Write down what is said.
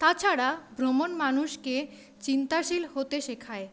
তাছাড়া ভ্রমণ মানুষকে চিন্তাশীল হতে শেখায়